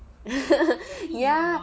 ya